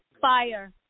fire